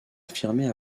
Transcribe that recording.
affirmer